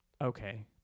Okay